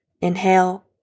Inhale